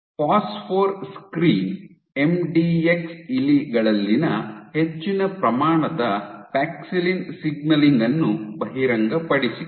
phosphor screen MDX ಇಲಿಗಳಲ್ಲಿ ಹೆಚ್ಚಿನ ಪ್ರಮಾಣದ ಪ್ಯಾಕ್ಸಿಲಿನ್ ಸಿಗ್ನಲಿಂಗ್ ಅನ್ನು ಬಹಿರಂಗಪಡಿಸಿತು